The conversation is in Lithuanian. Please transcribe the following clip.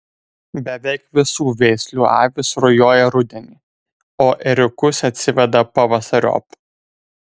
beveik visų veislių avys rujoja rudenį o ėriukus atsiveda pavasariop